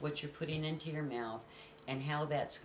what you're putting into your mouth and how that's